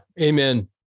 amen